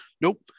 nope